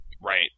Right